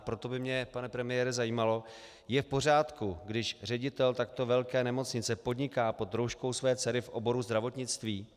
Proto by mě, pane premiére, zajímalo je v pořádku, když ředitel takto velké nemocnice podniká pod rouškou své dcery v oboru zdravotnictví?